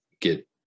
get